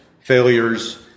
failures